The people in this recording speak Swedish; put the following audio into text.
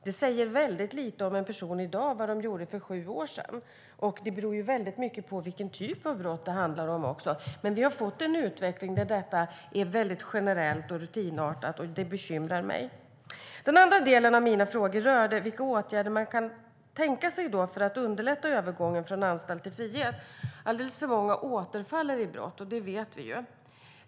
Vad en person gjorde för sju år sedan säger väldigt lite om den personen i dag. Det beror också mycket på vilken typ av brott det handlar om. Vi har fått en utveckling där det är väldigt generellt och rutinartat, och det bekymrar mig. Den andra delen av mina frågor rör vilka åtgärder man kan tänka sig för att underlätta övergången från anstalt till frihet. Vi vet att alldeles för många återfaller i brott.